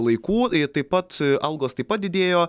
laikų taip pat algos taip pat didėjo